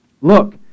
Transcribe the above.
look